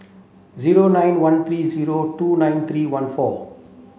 zero nine one three zero two nine three one four